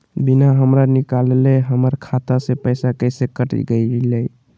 बिना हमरा निकालले, हमर खाता से पैसा कैसे कट गेलई?